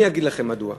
אני אגיד לכם מדוע.